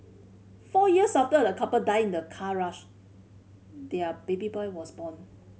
four years after a couple died in a car crash their baby boy was born